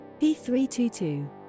p322